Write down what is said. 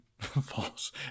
false